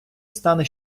стане